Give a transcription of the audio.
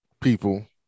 people